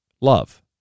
Love